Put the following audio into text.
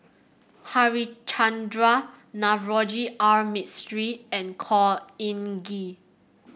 Harichandra Navroji R Mistri and Khor Ean Ghee